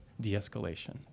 de-escalation